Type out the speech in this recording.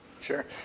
sure